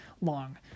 long